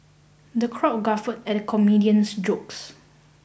the crowd guffawed at the comedian's jokes